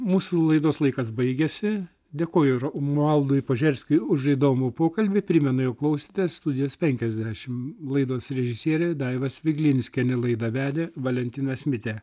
mūsų laidos laikas baigiasi dėkoju romualdui požerskiui už įdomų pokalbį primena jog klausėtės studijos penkiasdešimt laidos režisierė daiva sviglinskienė laidą vedė valentinas mitė